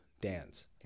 dance